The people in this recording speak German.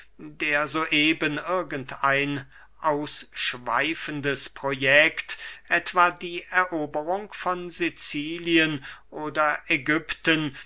der so eben irgend ein ausschweifendes projekt etwa die eroberung von sicilien oder ägypten